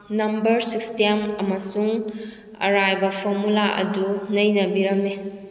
number system ꯑꯃꯁꯨꯡ ꯑꯔꯥꯏꯕ ꯐꯣꯝꯃꯨꯂꯥ ꯑꯗꯨ ꯅꯩꯅꯕꯤꯔꯝꯃꯤ